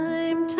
Time